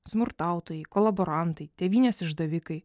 smurtautojai kolaborantai tėvynės išdavikai